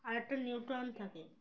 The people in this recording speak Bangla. আরেকটা নিউট্রাল থাকে